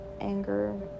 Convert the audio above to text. anger